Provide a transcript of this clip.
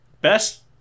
best